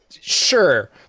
Sure